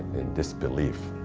in disbelief,